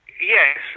yes